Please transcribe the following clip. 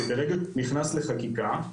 שברגע שזה נכנס לחקיקה,